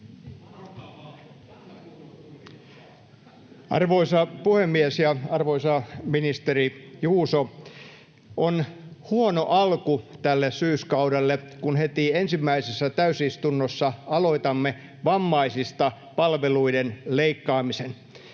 Arvoisa puhemies! Ja arvoisa ministeri Juuso! On huono alku tälle syyskaudelle, kun heti ensimmäisessä täysistunnossa aloitamme vammaisista palveluiden leikkaamisen.